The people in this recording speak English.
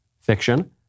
fiction